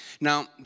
Now